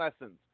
lessons